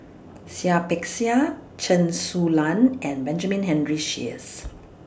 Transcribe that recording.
Seah Peck Seah Chen Su Lan and Benjamin Henry Sheares